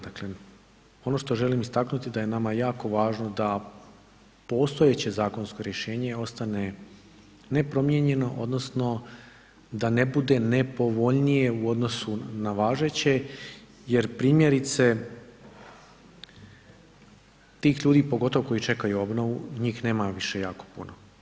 Dakle, ono što želim istaknuti da je nama jako važno da postojeće zakonsko rješenje ostane nepromijenjeno odnosno da ne bude nepovoljnije u odnosu na važeće jer primjerice tih ljudi pogotovo koji čekaju obnovu njih nema više jako puno.